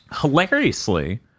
Hilariously